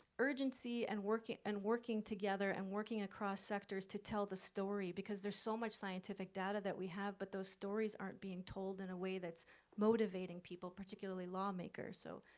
urgency and working and working together and working across sectors to tell the story, because there's so much scientific data that we have, but those stories aren't being told in a way that's motivating people, particularly lawmakers. so